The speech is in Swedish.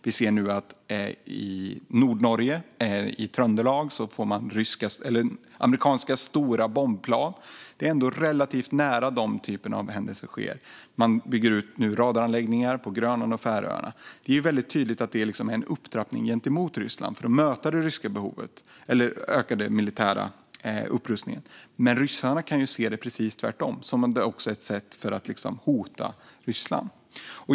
Vi ser nu att Nordnorge - Trøndelag - får stora amerikanska bombplan. Det är ändå relativt nära dem som denna typ av händelser sker. Radaranläggningar byggs också ut på Grönland och Färöarna. Det är väldigt tydligt att detta är en upptrappning gentemot Ryssland för att möta den ökade militära upprustningen. Ryssarna kan ju dock se det precis tvärtom, som att det också är ett sätt att hota Ryssland.